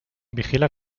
vigila